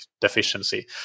deficiency